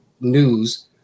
news